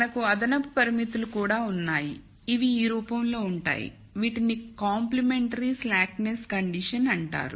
మనకు అదనపు పరిమితులు కూడా ఉన్నాయి ఇవి ఈ రూపంలో ఉంటాయి వీటిని కాంప్లిమెంటరీ slackness కండిషన్ అంటారు